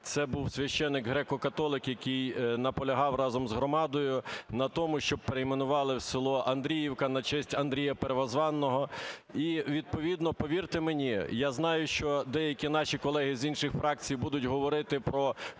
Це був священик греко-католик, який наполягав разом з громадою на тому, щоб перейменували село Андріївка на честь Андрія Первозваного. І відповідно, повірте мені, я знаю, що деякі наші колеги з інших фракцій будуть говорити про